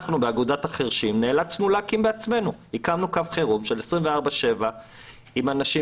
אנחנו באגודת החירשים נאלצנו להקים בעצמנו קו חירום 24/7 עם אנשים